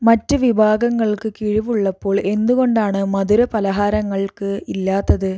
മറ്റ് വിഭാഗങ്ങൾക്ക് കിഴിവുള്ളപ്പോൾ എന്തുകൊണ്ടാണ് മധുരപലഹാരങ്ങൾക്ക് ഇല്ലാത്തത്